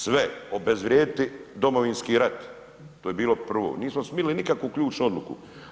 Sve obezvrijediti, Domovinski rat, to je bilo prvo, nismo smjeli nikakvu ključnu odluku.